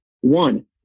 one